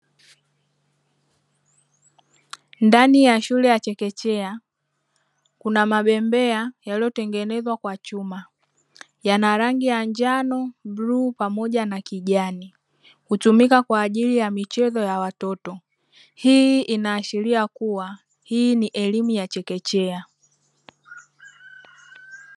Ndani ya shule ya chekechea kuna mabembea yaliyotengenezwa kwa chuma. Yana rangi ya: njano, bluu pamoja na kijani; hutumika kwa ajili ya michezo ya watoto. Hii inaashiria kuwa hii ni elimu ya chekechea.